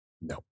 no